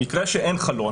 במקרה שאין חלון